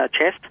chest